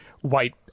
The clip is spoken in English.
white